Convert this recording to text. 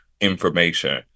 information